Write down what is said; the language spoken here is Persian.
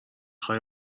خوای